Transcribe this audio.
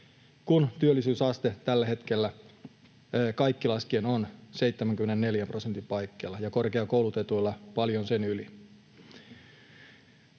kun työllisyysaste tällä hetkellä kaikki laskien on 74 prosentin paikkeilla ja korkeakoulutetuilla paljon sen yli.